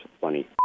funny